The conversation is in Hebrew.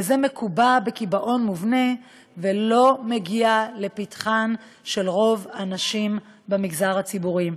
וזה מקובע בקיבעון מובנה ולא מגיע לפתחן של רוב הנשים במגזר הציבורי.